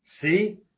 see